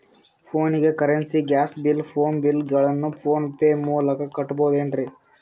ಫೋನಿಗೆ currency, gas bill, phone bill ಗಳನ್ನು PhonePe ಮೂಲಕ ಕಟ್ಟಬಹುದೇನ್ರಿ?